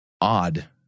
odd